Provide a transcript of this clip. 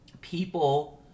people